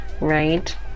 right